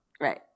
Right